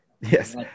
Yes